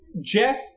Jeff